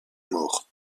mort